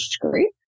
group